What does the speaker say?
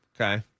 Okay